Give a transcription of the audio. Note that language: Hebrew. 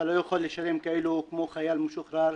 אתה לא יכול לשלם כמו חייל משוחרר,